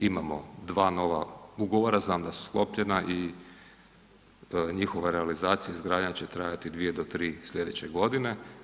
Imamo dva nova ugovora, znam da su sklopljena i njihova realizacija i izgradnja će trajati dvije do tri sljedeće godine.